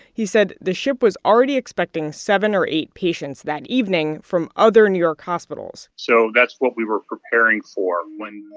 he said the ship was already expecting seven or eight patients that evening from other new york hospitals so that's what we were preparing for when